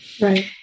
right